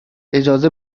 اجازه